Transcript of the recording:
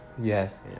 yes